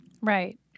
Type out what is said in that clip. Right